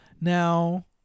Now